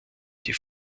die